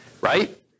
Right